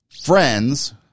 friends